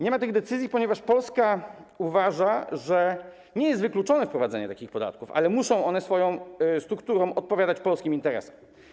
Nie ma tych decyzji, ponieważ Polska uważa, że nie jest wykluczone wprowadzenie takich podatków, ale muszą one swoją strukturą odpowiadać polskim interesom.